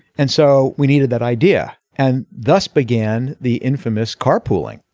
and so we needed that idea and thus began the infamous carpooling.